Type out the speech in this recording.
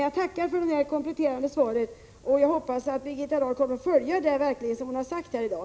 Jag tackar än en gång för det kompletterande svaret och hoppas att Birgitta Dahl kommer att fullfölja det hon sagt här i dag.